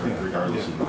Regardless